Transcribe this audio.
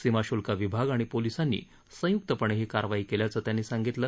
सीमाशुल्क विभाग आणि पोलिसांनी संयुक्तपणे ही कारवाई केल्याचं त्यांनी सांगितलं